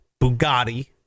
Bugatti